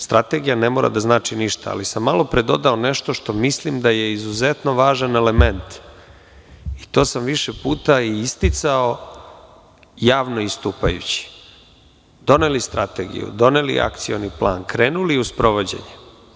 Strategija ne mora da znači ništa, ali sam malopre dodao nešto što mislim da je izuzetno važan element i to sam više puta isticao javno istupajući, doneli strategiju, doneli akcioni plan, krenuli u sprovođenje.